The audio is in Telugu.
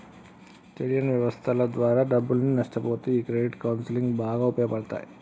తెలియని వ్యవస్థల ద్వారా డబ్బుల్ని నష్టపొతే ఈ క్రెడిట్ కౌన్సిలింగ్ బాగా ఉపయోగపడతాయి